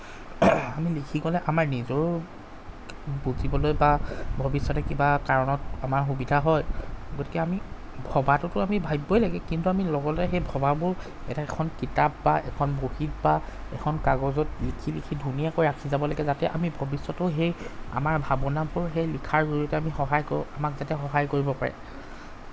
আমি লিখি গ'লে আমাৰ নিজৰো বুজিবলৈ বা ভৱিষ্যতে কিবা কাৰণত আমাৰ সুবিধা হয় গতিকে আমি ভবাটোতো আমি ভাবিবই লাগে কিন্তু আমি লগে লগে সেই ভবাবোৰ এতিয়া এখন কিতাপ বা এখন বহীত বা এখন কাগজত লিখি লিখি ধুনীয়াকৈ ৰাখি যাব লাগে যাতে আমি ভৱিষ্যতেও সেই আমাৰ ভাৱনাবোৰ সেই লিখাৰ জৰিয়তে আমি সহায় কৰোঁ আমাক যাতে সহায় কৰিব পাৰে